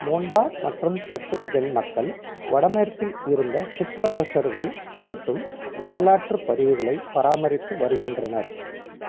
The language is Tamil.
மோன்பா மற்றும் ஷெர்துக்பென் மக்கள் வடமேற்கில் இருந்த சிற்றரசுகள் குறித்தும் வரலாற்றுப் பதிவுகளைப் பராமரித்து வருகின்றனர்